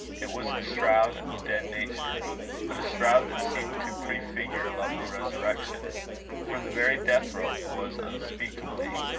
it was the shroud of dead nature but a shroud that seemed to prefigure a lovely resurrection for the very death-robe was unspeakably,